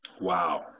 Wow